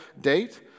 date